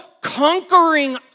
conquering